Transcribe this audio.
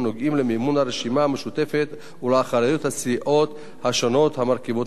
למימון הרשימה המשותפת ולאחריות הסיעות השונות המרכיבות אותה.